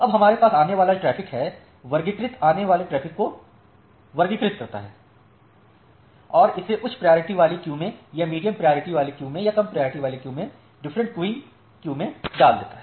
अब हमारे पास आने वाला ट्रैफिक है वर्गीकृत आने वाले ट्रैफिक को वर्गीकृत करता है और इसे उच्च प्रायोरिटी वाली क्यू में या मीडियम प्रायोरिटी क्यू में या कम प्रायोरिटी वाली क्यू में डिफरेंट क्यूइंग क्यू में डाल दिया जाता है